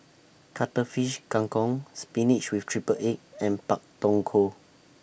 Cuttlefish Kang Kong Spinach with Triple Egg and Pak Thong Ko